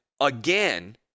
again